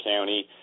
County